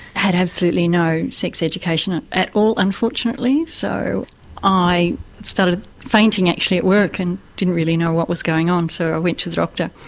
had absolutely no sex education at at all, unfortunately, so i started fainting actually at work and didn't really know what was going on so i ah went to the doctor.